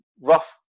rough